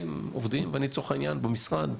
העובדים עובדים, ואני לצורך העניין במשרד.